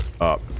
up